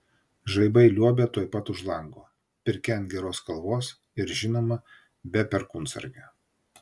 žaibai liuobia tuoj pat už lango pirkia ant geros kalvos ir žinoma be perkūnsargio